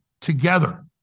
together